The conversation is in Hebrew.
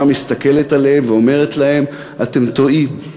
מסתכלת עליהם ואומרת להם: אתם טועים?